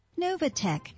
Novatech